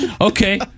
Okay